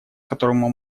которому